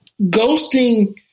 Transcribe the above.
ghosting